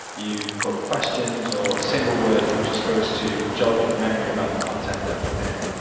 you put questions or single words which are supposed to jog your memory about the content that's within it.